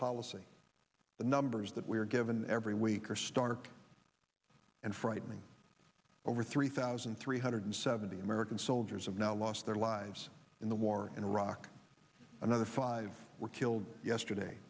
policy the numbers that we are given every week are stark and frightening over three thousand three hundred seventy american soldiers have now lost their lives in the war in iraq another five were killed yesterday